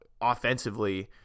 offensively